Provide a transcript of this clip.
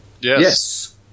Yes